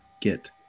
get